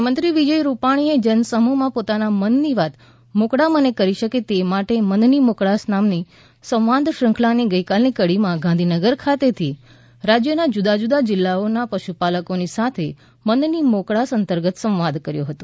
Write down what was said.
મુખ્યમંત્રી વિજય રૂપાણીએ જનસમૂહ પોતાના મનની વાત મોકળા મને કરી શકે તે માટે મનની મોકળાશ નામની સંવાદ શૃંખલાની ગઇકાલની કડીમાં ગાંધીનગર ખાતેથી રાજ્યના જુદા જુદા જિલ્લાઓના પશુપાલકોની સાથે મનની મોકળાશ અંતર્ગત સંવાદ કર્યો હતો